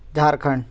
Jharkhand